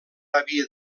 havia